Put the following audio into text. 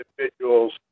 individuals